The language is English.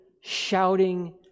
shouting